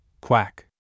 Quack